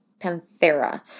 Panthera